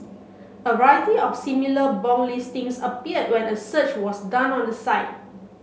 a variety of similar bong listings appeared when a search was done on the site